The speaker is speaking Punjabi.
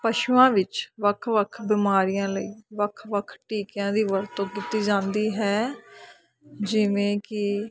ਪਸ਼ੂਆਂ ਵਿੱਚ ਵੱਖ ਵੱਖ ਬਿਮਾਰੀਆਂ ਲਈ ਵੱਖ ਵੱਖ ਟੀਕਿਆਂ ਦੀ ਵਰਤੋਂ ਕੀਤੀ ਜਾਂਦੀ ਹੈ ਜਿਵੇਂ ਕਿ